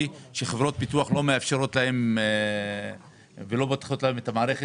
לפיה חברות ביטוח לא מאפשרות להם ולא פותחות בפניהם את המערכת.